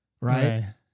right